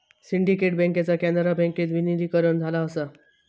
syndicate बँकेचा कॅनरा बँकेत विलीनीकरण झाला असा